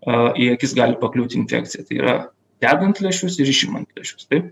a į akis gali pakliūti infekcija tai yra dedant lęšius ir išimant lęšius taip